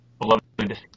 beloved